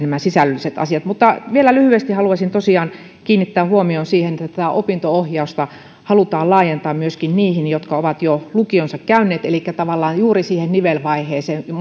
nämä sisällölliset asiat kytkeytyvät mutta vielä lyhyesti haluaisin tosiaan kiinnittää huomion siihen että tätä opinto ohjausta halutaan laajentaa myöskin niihin jotka ovat jo lukionsa käyneet elikkä tavallaan juuri siihen nivelvaiheeseen